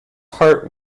heart